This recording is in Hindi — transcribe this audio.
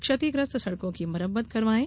क्षतिग्रस्त सड़कों की मरम्मत करवायें